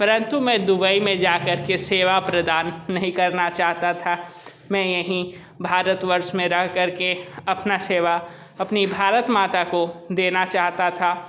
परंतु मैं दुबई में जा कर के सेवा प्रदान नहीं करना चाहता था मैं यहीं भारतवर्ष में रह कर के अपना सेवा अपनी भारत माता को देना चाहता था